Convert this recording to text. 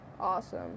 awesome